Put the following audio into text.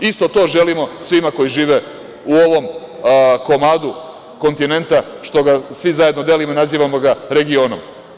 Isto to želimo svima koji žive u ovom komadu kontinenta što ga svi zajedno delimo i nazivamo ga regionom.